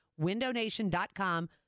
Windownation.com